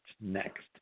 next